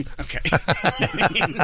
okay